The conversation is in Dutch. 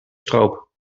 stroop